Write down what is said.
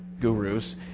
gurus